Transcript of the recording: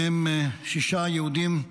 ומהם שישה מיליון יהודים,